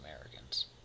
Americans